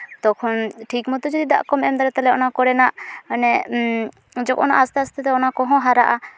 ᱛᱚᱠᱷᱚᱱ ᱴᱷᱤᱠ ᱢᱚᱛᱳ ᱡᱩᱫᱤ ᱫᱟᱜ ᱠᱚᱢ ᱮᱢ ᱫᱟᱲᱮᱭᱟᱜᱼᱟ ᱛᱟᱦᱚᱞᱮ ᱚᱱᱟ ᱠᱚᱨᱮᱱᱟᱜ ᱢᱟᱱᱮ ᱚᱱᱟ ᱟᱥᱛᱮ ᱟᱥᱛᱮ ᱛᱮ ᱚᱱᱟ ᱠᱚᱦᱚᱸ ᱦᱟᱨᱟᱜᱼᱟ